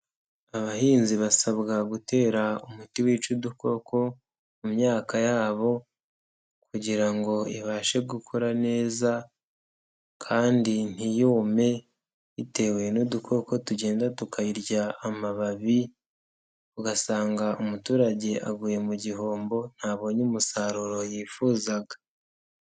Abahinzi basabwa gutera umuti wica udukoko mu myaka yabo kugira ngo ibashe gukura neza kandi ntiyume bitewe n'udukoko tugenda tukayirya amababi ugasanga umuturage aguye mu gihombo ntabonye umusaruro yifuzaga.